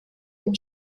dem